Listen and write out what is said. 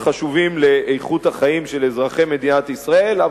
חשובים לאיכות החיים של אזרחי מדינת ישראל.